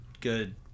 good